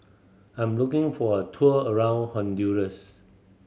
I'm looking for a tour around Honduras